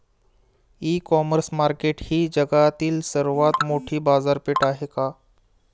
इ commerce market ही जगातील सर्वात मोठी बाजारपेठ आहे का?